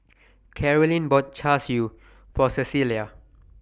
Carolyne bought Char Siu For Cecilia